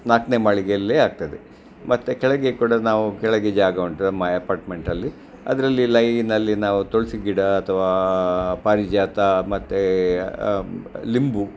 ನಾಲ್ಕನೇ ಮಾಳಿಗೆಯಲ್ಲೇ ಆಗ್ತದೆ ಮತ್ತೆ ಕೆಳಗೆ ಕೂಡ ನಾವು ಕೆಳಗೆ ಜಾಗ ಉಂಟು ಮ ಅಪಾರ್ಟ್ಮೆಂಟಲ್ಲಿ ಅದರಲ್ಲಿ ಲೈನಲ್ಲಿ ನಾವು ತುಳಸಿ ಗಿಡ ಅಥವಾ ಪಾರಿಜಾತ ಮತ್ತೆ ಲಿಂಬು